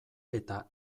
eta